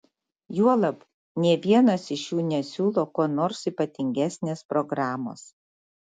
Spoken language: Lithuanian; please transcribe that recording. juolab nė vienas iš jų nesiūlo kuo nors ypatingesnės programos